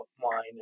wine